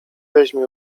weźmie